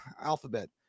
alphabet